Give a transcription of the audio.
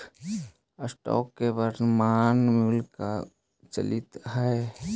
stocks के वर्तनमान मूल्य का चलित हइ